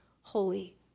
holy